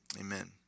amen